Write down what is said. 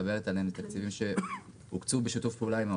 מדברת עליהם הם תקציבים שהוקצו בשיתוף פעולה עם האוצר,